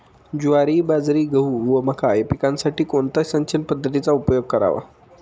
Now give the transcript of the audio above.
ज्वारी, बाजरी, गहू व मका या पिकांसाठी कोणत्या सिंचन पद्धतीचा उपयोग करावा?